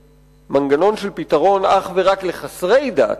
מנגנון של פתרון אך ורק לחסרי דת,